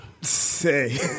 say